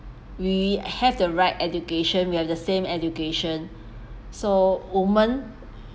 we have the right education we have the same education so women